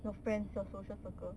your friends your social circle